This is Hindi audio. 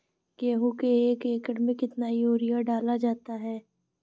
गेहूँ के एक एकड़ में कितना यूरिया डाला जाता है?